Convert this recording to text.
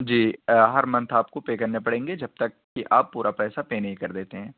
جی ہر منتھ آپ کو پے کرنے پڑیں گے جب تک کہ آپ پورا پیسہ پے نہیں کر دیتے ہیں